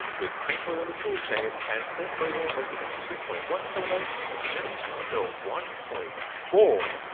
with crinkler in the toolchain, our snake program went from three point one kb ah to just under one point four!